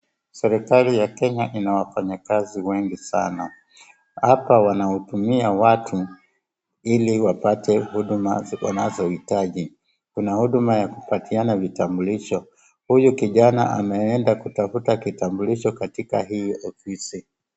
Serikali ina wafanyikazi wengi sana. Hapa wanahudumia watu ili wapate huduma wanazohitaji. Kuna huduma ya kupatiana vitambulisho. Huyo kijana ameenda kutafuta kitambulisho katika hii ofisi.